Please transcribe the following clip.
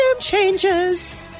changes